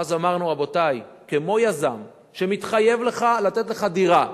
ואז אמרנו, רבותי, כמו יזם שמתחייב לתת לך דירה,